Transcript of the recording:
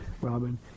Robin